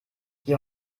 die